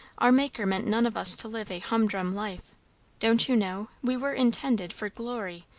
our maker meant none of us to live a humdrum life don't you know, we were intended for glory,